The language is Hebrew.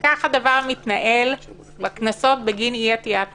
כך הדבר מתנהל בקנסות בגין אי-עטיית מסכה.